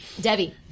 Debbie